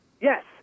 Yes